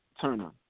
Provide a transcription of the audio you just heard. Turner